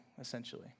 essentially